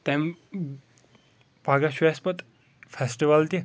تَمِہ پَگاہ چھُ اَسِہ پَتہٕ فیسٹِوَل تِہ